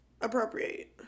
appropriate